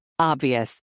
Obvious